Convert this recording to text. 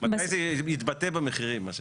מתי זה יתבטא במחירים?